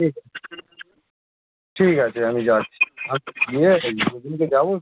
ঠিক আছে ঠিক আছে আমি যাচ্ছি আচ্ছা গিয়ে এই দিনেই তো যাবো